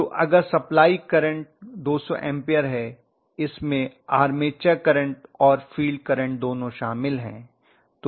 तो अगर supply current 200 ampere है इसमें आर्मेचर करंट और फील्ड करंट दोनों शामिल है